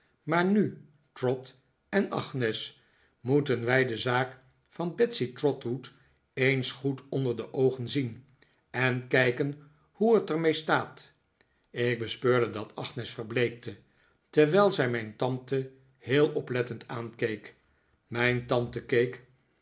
maar nu trot en agnes moeten wij de zaak van betsey trotwood eens goed onder de oogen zien en kijken hoe het er mee staat ik bespeurde dat agnes verbleekte terwijl zij mijn tante heel oplettend aankeek mijn tante